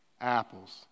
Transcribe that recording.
Apples